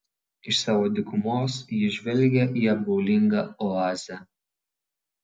iš savo dykumos ji žvelgia į apgaulingą oazę